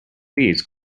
please